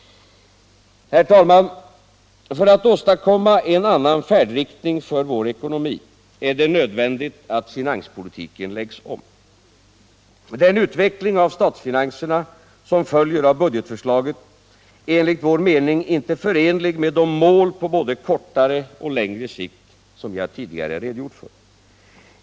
Herr talman! För att åstadkomma en annan färdriktning för vår ekonomi är det nödvändigt att finanspolitiken läggs om. Den utveckling av statsfinanserna som följer av budgetförslaget är enligt vår mening inte förenlig med de mål på både kortare och längre sikt som jag tidigare redogjort för.